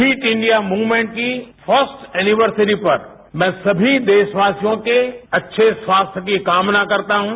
fit India movement की first anniversary पर मैं समी देशवासियों के अच्छे स्वास्थ्य की कामना करता हूं